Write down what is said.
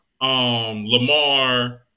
Lamar